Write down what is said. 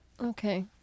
Okay